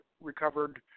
recovered